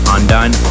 Undone